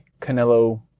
Canelo